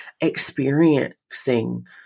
experiencing